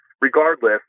regardless